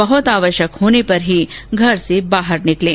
बहत आवश्यक होने पर ही घर से बाहर निकलें